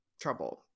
trouble